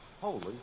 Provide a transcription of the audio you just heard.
Holy